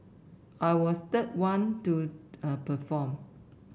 I was third one to a perform